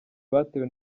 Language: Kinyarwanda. batewe